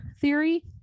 theory